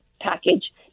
package